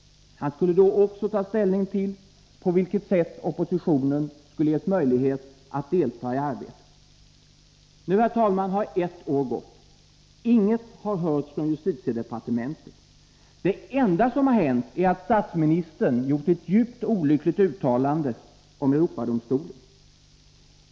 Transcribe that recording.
Han skulle då också ta ställning till på vilket sätt oppositionen skulle ges möjlighet att delta i arbetet. Nu, herr talman, har ett år gått. Ingenting har hörts från justitiedepartementet. Det enda som har hänt är att statsministern har gjort ett djupt olyckligt uttalande om Europadomstolen.